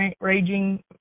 raging